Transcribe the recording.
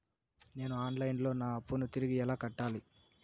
నేను online లో నా అప్పును తిరిగి ఎలా కట్టాలి?